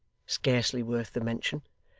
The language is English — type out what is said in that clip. scarcely worth the mention,